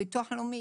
ביטוח לאומי